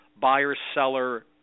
buyer-seller